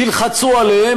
ילחצו עליהם,